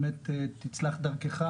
תצלח דרכך